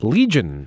Legion